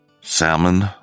Salmon